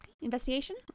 Investigation